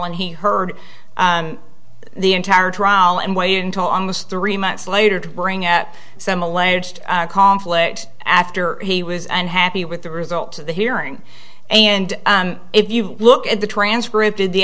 and he heard the entire trial and waited until almost three months later to bring at some alleged conflict after he was and happy with the results of the hearing and if you look at the transcript of the